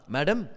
Madam